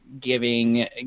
giving